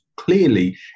clearly